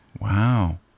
Wow